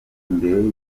imbere